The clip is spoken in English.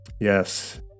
Yes